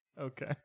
Okay